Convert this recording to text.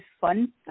fun